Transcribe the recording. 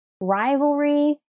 rivalry